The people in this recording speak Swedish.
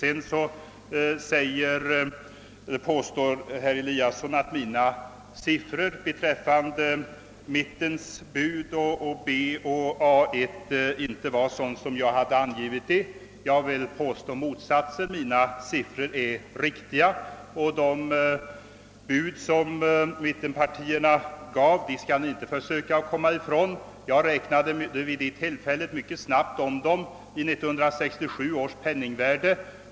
Herr Eliasson i Sundborn påstår att mina uppgifter om mittens bud samt om kostnadsalternativen B och A 1 inte stämmer. Jag hävdar motsatsen — minä siffror är riktiga, och det bud som mittenpartierna gav skall ni inte försöka komma ifrån. Jag räknade vid det aktuella tillfället snabbt om mittenpartiernas siffror i 1967 års penningvärde.